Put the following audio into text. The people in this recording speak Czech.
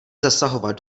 zasahovat